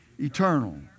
Eternal